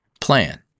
plan